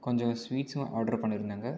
கொஞ்சம் ஸ்வீட்சும் ஆட்ரு பண்ணியிருந்தேங்க